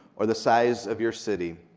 or the size of your city.